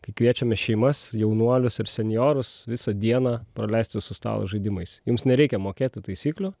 kai kviečiame šeimas jaunuolius ir senjorus visą dieną praleisti su stalo žaidimais jums nereikia mokėti taisyklių